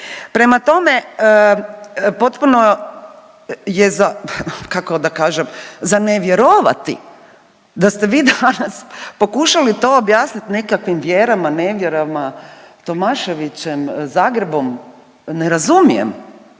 prema tome potpuno je za kako da kažem za nevjerovati da ste vi danas pokušali to objasniti nekakvim vjerama, nevjerama, Tomaševićem, Zagrebom, ne razumijem.